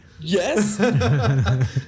Yes